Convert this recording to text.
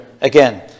again